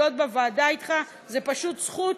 להיות בוועדה אתך זאת פשוט זכות,